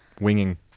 Winging